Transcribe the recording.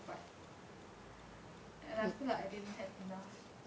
vibe and I feel like I didn't have enough